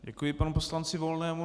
Děkuji panu poslanci Volnému.